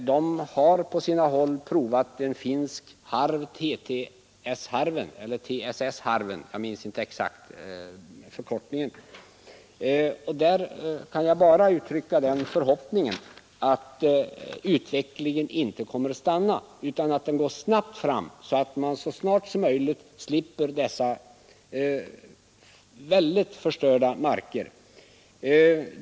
Man har på sina håll provat en finsk harv, TTS-harven, och jag kan bara uttrycka den förhoppningen att utvecklingen inte kommer att stanna utan att den går fort, så att vi så snart som möjligt slipper se dessa väldigt förstörda marker.